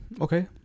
Okay